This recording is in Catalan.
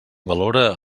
valora